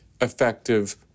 effective